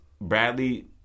Bradley